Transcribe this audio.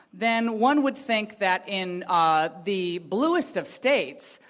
then one would think that in ah the bluest of states,